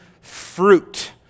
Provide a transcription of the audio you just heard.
fruit